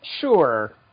Sure